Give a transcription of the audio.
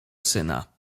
syna